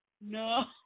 No